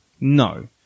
no